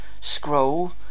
scroll